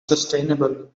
sustainable